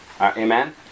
Amen